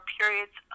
periods